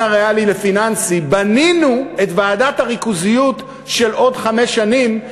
הריאלי לפיננסי בנינו את ועדת הריכוזיות של עוד חמש שנים,